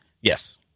Yes